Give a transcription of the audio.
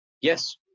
yes